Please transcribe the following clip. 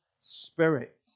Spirit